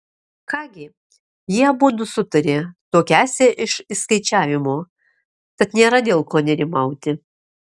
ką gi jie abudu sutarė tuokiąsi iš išskaičiavimo tad nėra dėl ko nerimauti